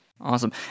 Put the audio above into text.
Awesome